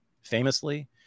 famously